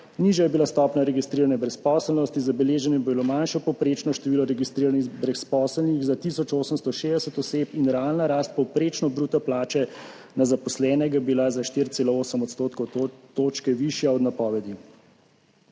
nižja je bila stopnja registrirane brezposelnosti, zabeleženo je bilo manjše povprečno število registriranih brezposelnih za tisoč 860 oseb in realna rast povprečne bruto plače na zaposlenega je bila za 4,8 odstotne točke višja od napovedi.